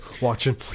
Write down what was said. watching